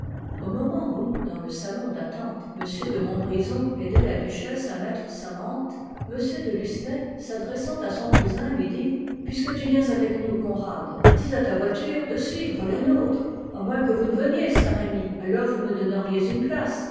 au moment où dans le salon d'attente m de montbrison aidait la duchesse à mettre sa mante m de lucenay s'adressant à son cousin lui dit puisque tu viens avec nous conrad dis à ta voiture de suivre la nôtre à moins que vous ne veniez saint-remy alors vous me donneriez une place